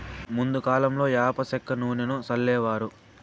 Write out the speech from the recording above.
ముందు కాలంలో యాప సెక్క నూనెను సల్లేవారు